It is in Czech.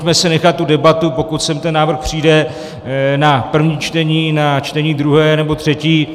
Pojďme si nechat tu debatu, pokud sem ten návrh přijde, na první čtení, na čtení druhé nebo třetí.